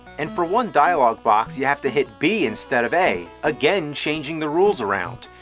and for one dialog box you have to hit b instead of a again changing the rules around.